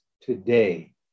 today